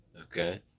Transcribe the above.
Okay